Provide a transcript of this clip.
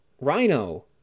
Rhino